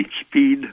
speed